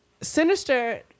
sinister